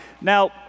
now